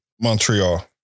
Montreal